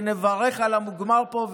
שנברך על המוגמר פה,